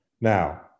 Now